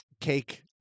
cake